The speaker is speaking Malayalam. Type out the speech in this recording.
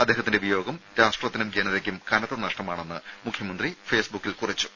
അദ്ദേഹത്തിന്റെ വിയോഗം രാഷ്ട്രത്തിനും ജനതക്കും കനത്ത നഷ്ടമാണെന്ന് മുഖ്യമന്ത്രി ഫേസ് ബുക്കിൽ കുറിച്ചു